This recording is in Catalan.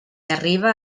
arriba